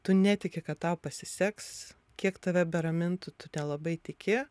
tu netiki kad tau pasiseks kiek tave beramintų tu nelabai tiki